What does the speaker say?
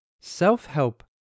Self-help